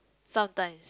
sometimes